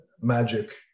magic